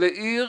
לעיר